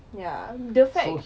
ya the fact